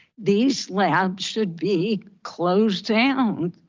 these labs should be closed down.